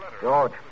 George